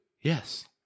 yes